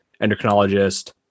endocrinologist